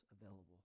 available